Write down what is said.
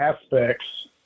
aspects